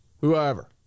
whoever